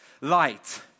light